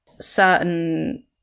certain